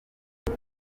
ibi